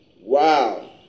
Wow